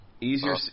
Easier